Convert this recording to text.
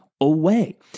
away